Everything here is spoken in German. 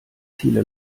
viele